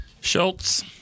Schultz